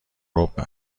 ربع